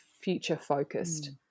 future-focused